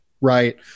Right